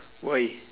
why